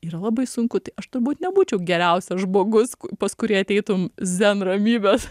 yra labai sunku tai aš turbūt nebūčiau geriausias žmogus pas kurį ateitum zen ramybės